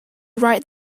right